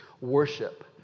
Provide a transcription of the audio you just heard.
Worship